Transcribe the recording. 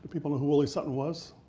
people know who willie sutton was.